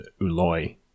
uloi